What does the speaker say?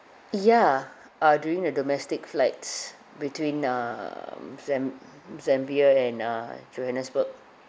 ya ah during the domestic flights between um zam~ zambia and uh johannesburge